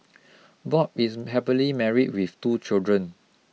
Bob is happily married with two children